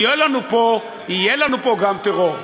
יהיה לנו פה גם טרור.